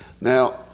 Now